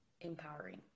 empowering